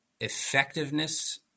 effectiveness